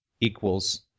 equals